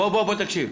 בוא תקשיב,